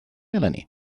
eleni